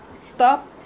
Stop